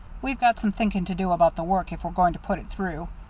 we've got some thinking to do about the work, if we're going to put it through.